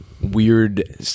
weird